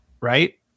right